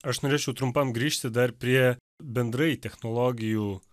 aš norėčiau trumpam grįžti dar prie bendrai technologijų